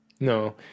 no